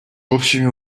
общими